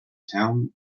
town